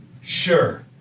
sure